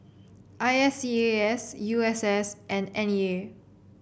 I S E A S U S S and N E A